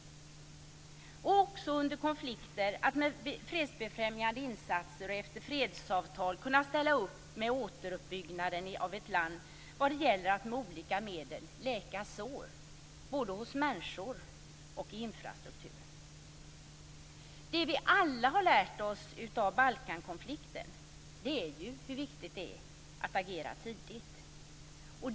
Vi måste också under konflikter med fredsbefrämjande insatser och efter fredsavtal kunna ställa upp vid återuppbyggnaden av ett land vad gäller att med olika medel läka sår, både hos människor och i infrastrukturen. Det vi alla har lärt oss av Balkankonflikten är hur viktigt det är att agera tidigt.